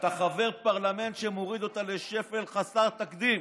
אתה חבר פרלמנט שמוריד אותה לשפל חסר תקדים.